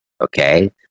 Okay